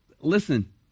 Listen